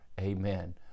Amen